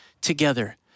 together